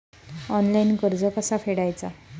Online कर्ज कसा फेडायचा?